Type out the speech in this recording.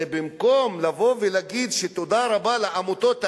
זה במקום לבוא ולהגיד שתודה רבה לעמותות האלה,